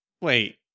Wait